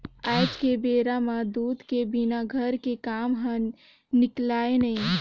आज के बेरा म दूद के बिना घर के काम ह निकलय नइ